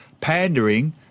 pandering